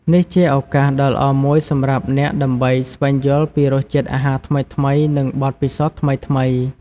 នេះជាឱកាសដ៏ល្អមួយសម្រាប់អ្នកដើម្បីស្វែងយល់ពីរសជាតិអាហារថ្មីៗនិងបទពិសោធន៍ថ្មីៗ។